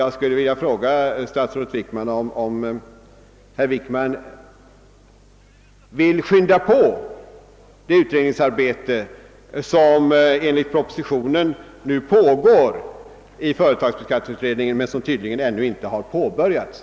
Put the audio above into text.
Jag vill nu fråga statsrådet Wickman, om han vill skynda på det arbete i utredningen som enligt propositionen pågår i företagsbeskattningsutredningen men som tydligen ännu inte har påbörjats.